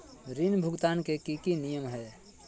ऋण भुगतान के की की नियम है?